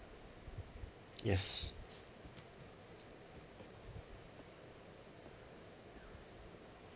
yes